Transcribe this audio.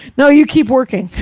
no, you keep working.